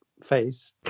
face